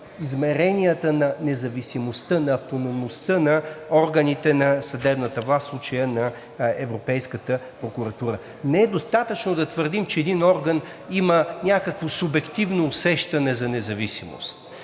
измеренията на независимостта, на автономността на органите на съдебната власт от член на европейската прокуратура. Не е достатъчно да твърдим, че един орган има някакво субективно усещане за независимост.